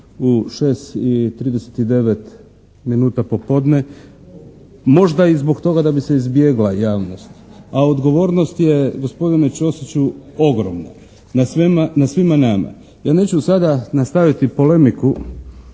6 i 39 minuta popodne. Možda i zbog toga da bi se izbjegla javnost. A odgovornost je gospodine Ćosiću ogromna na svima nama. Ja neću sada nastaviti polemiku